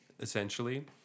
essentially